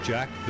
Jack